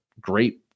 great